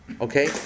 okay